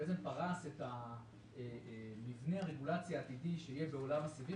בזק פרס בפנינו את מבנה הרגולציה הטבעי בעולם הסיבים